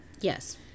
Yes